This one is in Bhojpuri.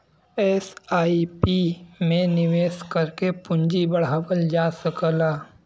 एस.आई.पी में निवेश करके पूंजी बढ़ावल जा सकला